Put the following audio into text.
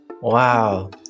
Wow